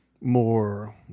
more